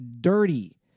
dirty